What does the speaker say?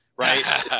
Right